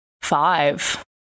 five